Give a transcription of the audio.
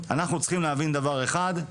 אנחנו צריכים להבין דבר אחד: